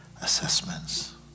assessments